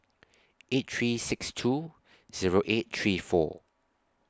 eight three six two Zero eight three four